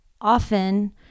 often